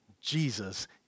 Jesus